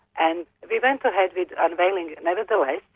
and we went to have its unveiling nevertheless,